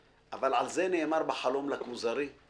אבל על זה נאמר בחלום לכוזרי: